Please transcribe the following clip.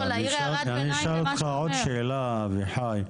אני אשאל אותך עוד שאלה, אביחי.